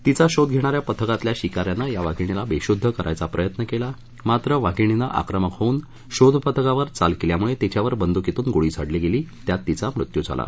तिचा शोध घेणाऱ्या पथकातल्या शिकाऱ्याने या वाघिणीला बेशुद्ध करण्याचा प्रयत्न केला मात्र वाघिणीने आक्रमक होऊन शोध पथकावर चाल केल्यामुळे तिच्यावर बंद्कीतून गोळी झाडली गेली त्यात तिचा मृत्यू झाला